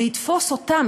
ויתפוס אותם,